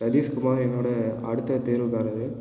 சதீஷ்குமார் என்னோடய அடுத்த தெருக்காரர்